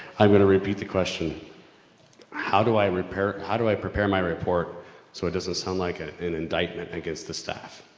i'm going to repeat the question how do i repair, how do i prepare my report so it doesn't sound like ah an indictment against the staff.